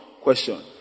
question